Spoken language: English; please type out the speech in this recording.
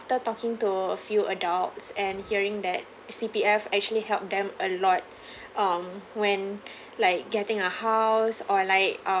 talking to a few adults and hearing that C_P_F actually help them a lot um when like getting a house or like um